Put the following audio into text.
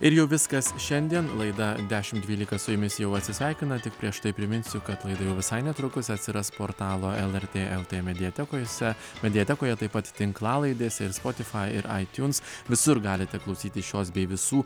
ir jau viskas šiandien laida dešim dvylika su jumis jau atsisveikina tik prieš tai priminsiu kad laida jau visai netrukus atsiras portalo lrt lt mediatekose mediatekoje taip pat tinklalaidėse ir spotifai ir aitjuns visur galite klausytis šios bei visų